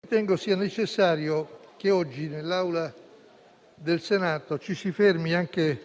ritengo necessario che oggi nell'Assemblea del Senato ci si fermi, anche